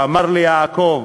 שאמר ליעקב: